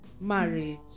marriage